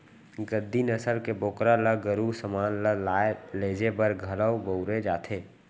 गद्दी नसल के बोकरा ल गरू समान ल लाय लेजे बर घलौ बउरे जाथे